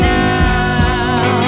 now